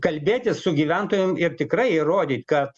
kalbėti su gyventojum ir tikrai įrodyt kad